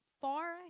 far